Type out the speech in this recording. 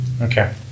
okay